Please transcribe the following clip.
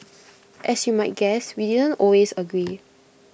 as you might guess we didn't always agree